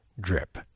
drip